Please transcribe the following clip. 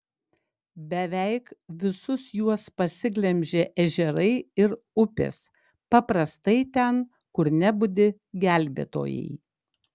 beveik visus juos pasiglemžė ežerai ir upės paprastai ten kur nebudi gelbėtojai